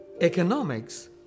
Economics